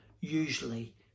Usually